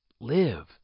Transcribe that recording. live